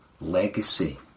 legacy